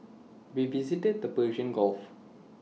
we visited the Persian gulf